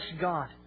God